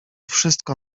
wszystko